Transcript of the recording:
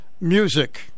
music